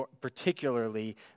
particularly